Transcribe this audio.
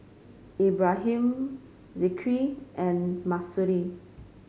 Ibrahim Zikri and Mahsuri